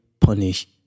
punish